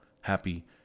happy